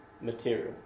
material